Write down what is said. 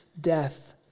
death